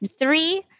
three